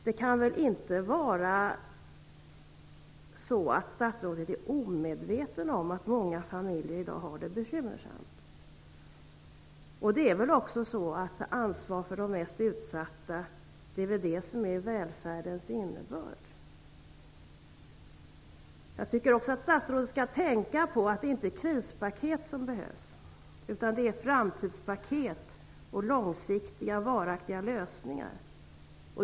Det kan väl inte vara så att statsrådet är omedveten om att många familjer i dag har det bekymmersamt? Det är väl också ansvaret för samhällets mest utsatta som är välfärdens innebörd. Jag tycker också att statsrådet skall tänka på att det inte är krispaket som behövs utan framtidspaket och långsiktiga, varaktiga lösningar.